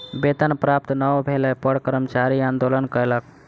वेतन प्राप्त नै भेला पर कर्मचारी आंदोलन कयलक